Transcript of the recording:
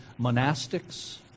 monastics